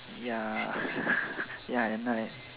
ya ya at night